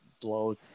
blow